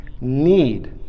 need